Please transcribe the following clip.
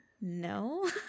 No